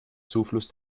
zufluss